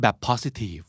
positive